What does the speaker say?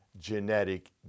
genetic